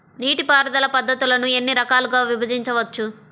నీటిపారుదల పద్ధతులను ఎన్ని రకాలుగా విభజించవచ్చు?